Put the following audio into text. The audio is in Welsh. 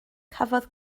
cafodd